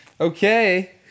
Okay